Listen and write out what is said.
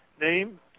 name